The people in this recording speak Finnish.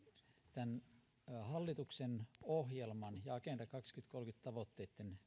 tämän hallituksen ohjelman ja agenda kaksituhattakolmekymmentä tavoitteitten